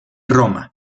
roma